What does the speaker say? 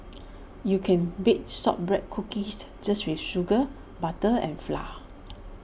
you can bake Shortbread Cookies just with sugar butter and flour